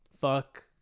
fuck